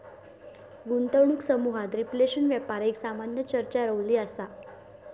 गुंतवणूक समुहात रिफ्लेशन व्यापार एक सामान्य चर्चा रवली असा